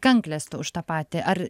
kanklės tu už tą patį ar